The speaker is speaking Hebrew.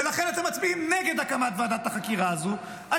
ולכן אתם מצביעים נגד הקמת ועדת החקירה הזאת,